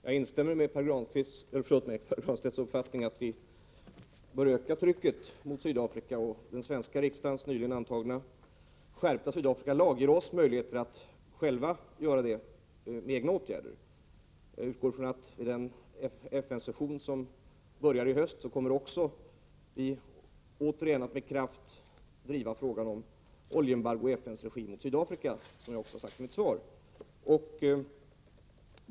Herr talman! Jag instämmer i Pär Granstedts uppfattning, att vi bör öka trycket mot Sydafrika. Den av den svenska riksdagen nyligen antagna Sydafrikalagen ger oss möjlighet att själva göra det med egna åtgärder. Jag utgår från att vi vid den FN-session som börjar i höst återigen kommer att med kraft driva frågan om oljeembargo emot Sydafrika i FN:s regi, som jag har sagt i mitt svar.